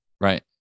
right